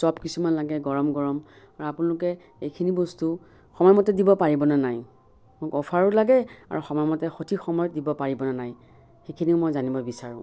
soap কিছুমান লাগে গৰম গৰম আৰু আপোনালোকে এইখিনি বস্তু সময়মতে দিব পাৰিবনে নাই মোক অ'ফাৰো লাগে আৰু সময়মতে সঠিক সময়ত দিব পাৰিবনে নাই সেইখিনিও মই জানিব বিচাৰোঁ